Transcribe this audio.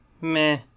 Meh